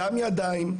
גם ידיים,